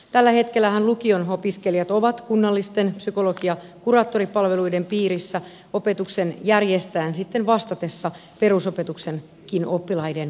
tällä hetkellähän lukion opiskelijat ovat kunnallisten psykologi ja kuraattoripalveluiden piirissä opetuksen järjestäjän sitten vastatessa perusopetuksenkin oppilaiden palveluista